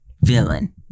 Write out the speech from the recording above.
villain